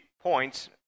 points